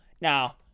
Now